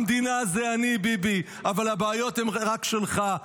המדינה זה אני, ביבי, אבל הבעיות הן רק שלך.